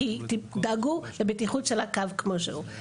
כי דאגו לבטיחות של הקו כמו שהוא.